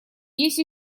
есть